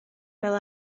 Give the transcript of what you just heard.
fel